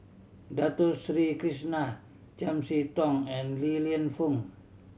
Dato Sri Krishna Chiam See Tong and Li Lienfung